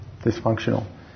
dysfunctional